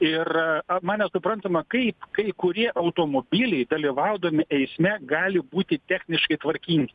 ir man nesuprantama kai kai kurie automobiliai dalyvaudami eisme gali būti techniškai tvarkingi